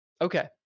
Okay